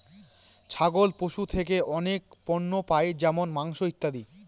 ছাগল পশু থেকে অনেক পণ্য পাই যেমন মাংস, ইত্যাদি